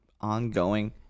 ongoing